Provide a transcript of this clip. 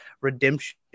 redemption